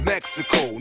Mexico